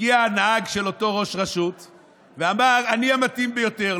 הגיע הנהג של אותו ראש רשות ואמר: אני המתאים ביותר.